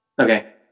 Okay